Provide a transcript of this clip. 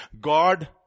God